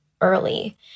early